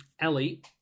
Ellie